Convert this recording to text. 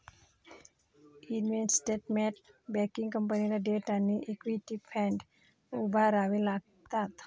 investment banking कंपनीला debt आणि equity fund उभारावे लागतात